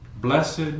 Blessed